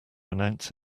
announce